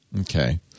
okay